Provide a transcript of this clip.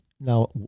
Now